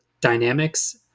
dynamics